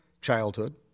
childhood